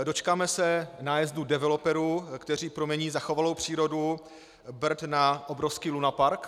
Dočkáme se nájezdu developerů, kteří promění zachovalou přírodu Brd na obrovský lunapark?